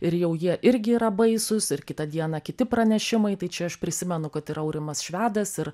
ir jau jie irgi yra baisūs ir kitą dieną kiti pranešimai tai čia aš prisimenu kad ir aurimas švedas ir